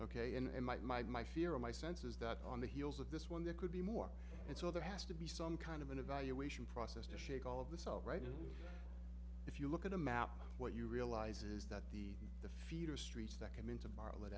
ok and might my my fear or my sense is that on the heels of this one there could be more and so there has to be some kind of an evaluation process to shake all of this all right and if you look at a map what you realize is that the the feeder streets that came in to bartlett